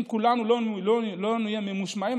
אם כולנו לא נהיה ממושמעים,